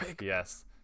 yes